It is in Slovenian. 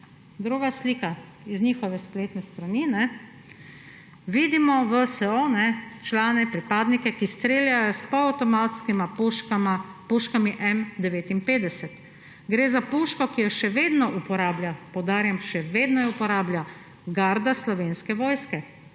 zanimiva, z njihove spletne strani. Vidimo VSO, člane, pripadnike, ki streljajo s polavtomatskimi puškami M59. Gre za puško, ki jo še vedno uporablja, poudarjam, še vedno jo uporablja garda Slovenske vojske.